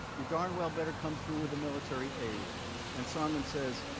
you darn well better come through with the military aid and sondland says,